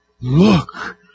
look